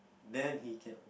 then he can